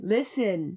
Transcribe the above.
Listen